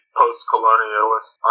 post-colonialist